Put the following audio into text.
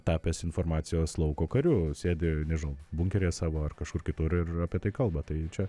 tapęs informacijos lauko kariu sėdi nežinau bunkeryje savo ar kažkur kitur ir apie tai kalba tai čia